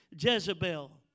Jezebel